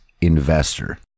investor